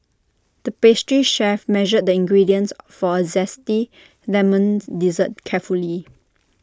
the pastry chef measured the ingredients for A Zesty Lemon Dessert carefully